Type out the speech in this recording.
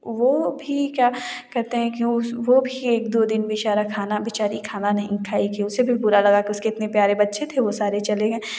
वह भी क्या कहते हैं की वह भी एक दो दिन बेचारा खाना बेचारी खाना नहीं खाई थी उसे भी बुरा लगा कि उसके इतने प्यारे बच्चे थे वह सारे चले गए